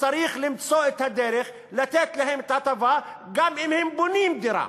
צריך למצוא את הדרך לתת להם את ההטבה גם אם הם בונים דירה,